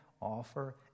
offer